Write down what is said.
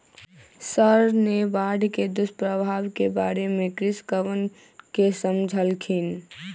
sir ने बाढ़ के दुष्प्रभाव के बारे में कृषकवन के समझल खिन